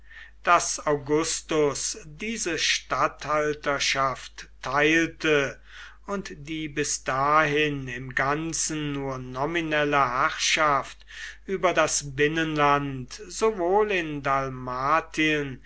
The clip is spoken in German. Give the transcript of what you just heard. daß augustus diese statthalterschaft teilte und die bis dahin im ganzen nur nominelle herrschaft über das binnenland sowohl in